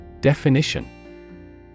Definition